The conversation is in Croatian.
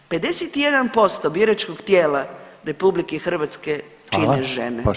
51% biračkog tijela RH čine žene